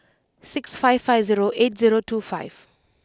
six five five zero eight zero two five